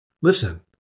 Listen